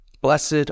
Blessed